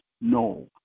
no